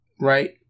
right